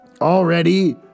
Already